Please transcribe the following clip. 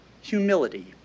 humility